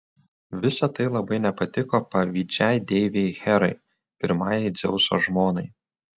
visa tai labai nepatiko pavydžiai deivei herai pirmajai dzeuso žmonai